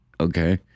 okay